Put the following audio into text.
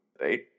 right